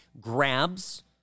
grabs